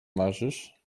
marzysz